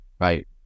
Right